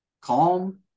calm